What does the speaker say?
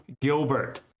Gilbert